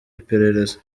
iperereza